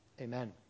Amen